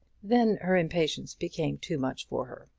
then her impatience became too much for her,